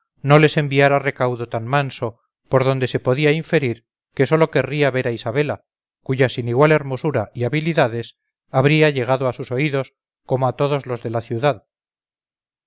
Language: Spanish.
no les enviara recaudo tan manso por donde se podía inferir que sólo querría ver a isabela cuya sin igual hermosura y habilidades habría llegado a sus oídos como a todos los de la ciudad